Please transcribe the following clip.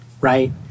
right